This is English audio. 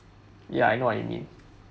ya I know what you mean